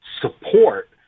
support